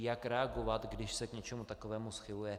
Jak reagovat, když se k něčemu takovému schyluje.